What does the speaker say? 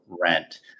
rent